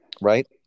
right